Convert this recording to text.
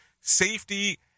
safety